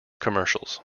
commercials